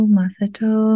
Masato